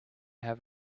have